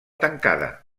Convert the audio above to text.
tancada